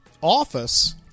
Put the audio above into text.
office